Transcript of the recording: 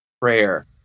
prayer